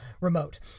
remote